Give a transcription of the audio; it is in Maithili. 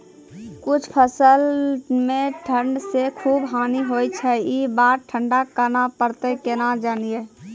कुछ फसल मे ठंड से खूब हानि होय छैय ई बार ठंडा कहना परतै केना जानये?